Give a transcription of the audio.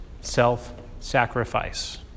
Self-sacrifice